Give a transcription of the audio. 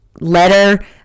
letter